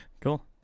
cool